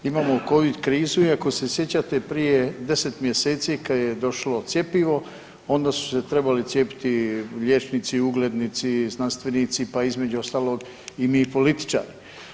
Imamo covid krizu i ako se sjećate prije 10 mjeseci kada je došlo cjepivo onda su se trebali cijepiti liječnici, uglednici, znanstvenici, pa između ostalog i mi političari.